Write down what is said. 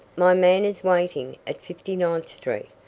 my man is waiting at fifty-ninth street.